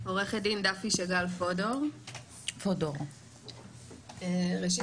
ראשית,